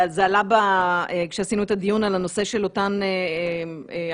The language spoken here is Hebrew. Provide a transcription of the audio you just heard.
זה עלה כשעשינו את הדיון על אותם ארבעה,